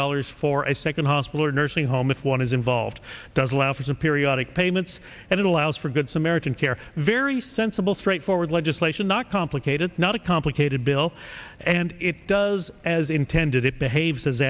dollars for a second hospital or nursing home if one is involved does allow for some peer biotic payments and it allows for good samaritan care very sensible straightforward legislation not complicated not a complicated bill and it does as intended it behaves as